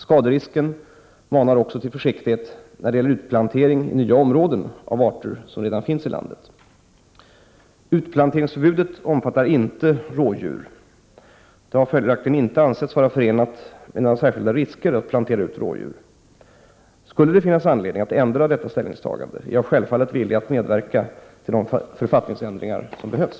Skaderisken manar också till försiktighet när det gäller utplantering i nya områden av arter som redan finns i landet. Utplanteringsförbudet omfattar inte rådjur. Det har följaktligen inte ansetts vara förenat med några särskilda risker att plantera ut rådjur. Skulle det finnas anledning att ändra detta ställningstagande, är jag självfallet villig att medverka till de författningsändringar som behövs.